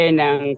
ng